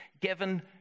given